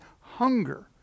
hunger